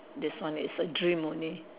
this one is a dream only